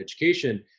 education